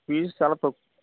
fees చాల తక్కు